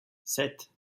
sept